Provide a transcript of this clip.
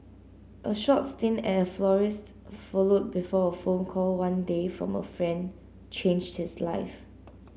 a short stint at a florist's followed before a phone call one day from a friend changed his life